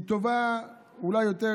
היא טובה אולי יותר